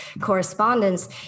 correspondence